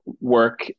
work